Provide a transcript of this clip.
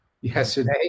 yesterday